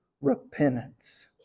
repentance